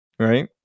Right